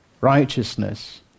righteousness